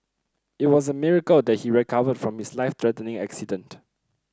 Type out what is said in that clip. it was a miracle that he recovered from his life threatening accident